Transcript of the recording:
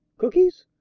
cookies?